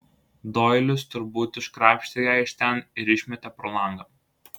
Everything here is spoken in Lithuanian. doilis turbūt iškrapštė ją iš ten ir išmetė pro langą